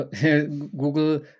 Google